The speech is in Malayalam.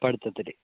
പഠിത്തത്തിൽ